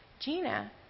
Gina